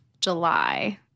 July